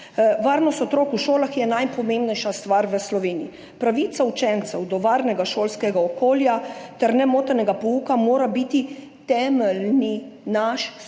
Varnost otrok v šolah je najpomembnejša stvar v Sloveniji. Pravica učencev do varnega šolskega okolja ter nemotenega pouka mora biti naš skupni